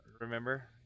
remember